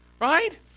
right